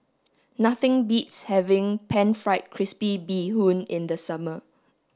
nothing beats having pan fried crispy bee hoon in the summer